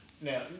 Now